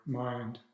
mind